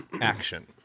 action